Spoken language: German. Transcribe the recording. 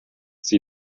sie